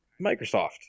Microsoft